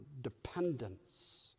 dependence